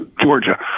Georgia